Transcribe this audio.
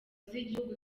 z’igihugu